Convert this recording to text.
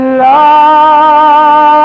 love